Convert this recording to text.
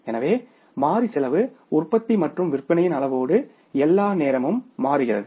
எனவே மாறி செலவு உற்பத்தி மற்றும் விற்பனையின் அளவோடு எல்லா நேரமும் மாறுகிறது